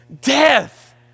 Death